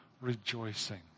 rejoicing